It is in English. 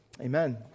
Amen